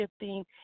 shifting